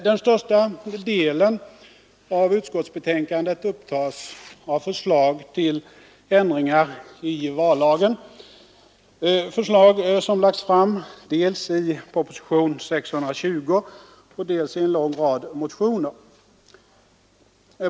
Den största delen av utskottsbetänkandet upptas av förslag till ändringar i vallagen, förslag som lagts fram dels i propositionen 620, dels i en lång rad motioner.